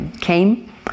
came